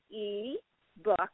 e-book